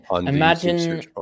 imagine